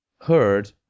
heard